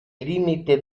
limite